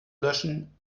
löschen